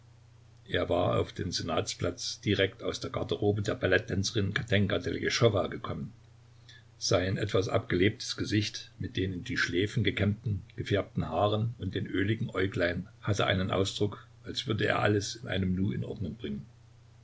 er war auf den senatsplatz direkt aus der garderobe der ballettänzerin katenjka teljeschowa gekommen sein etwas abgelebtes gesicht mit den in die schläfen gekämmten gefärbten haaren und den öligen äuglein hatte einen ausdruck als würde er alles in einem nu in ordnung bringen